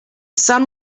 sun